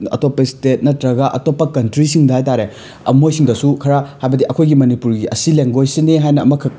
ꯑꯇꯣꯞꯄ ꯁ꯭ꯇꯦꯠ ꯅꯠꯇ꯭ꯔꯒ ꯑꯇꯣꯞꯄ ꯀꯟꯇ꯭ꯔꯤꯁꯤꯡꯗ ꯍꯥꯏꯇꯥꯔꯦ ꯃꯣꯏꯁꯤꯡꯗꯁꯨ ꯈꯔ ꯍꯥꯏꯕꯗꯤ ꯑꯩꯈꯣꯏꯒꯤ ꯃꯅꯤꯄꯨꯔꯒꯤ ꯑꯁꯤ ꯂꯦꯡꯒ꯭ꯋꯦꯁ ꯁꯤꯅꯤ ꯍꯥꯏꯕ ꯑꯃꯈꯛ